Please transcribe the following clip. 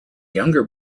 younger